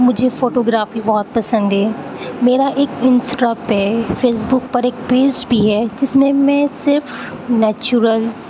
مجھے photography بہت پسند ہے میرا ایک انسٹا پہ فیس بک پر ایک پیج بھی ہے جس میں صرف نیچورلس